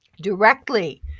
directly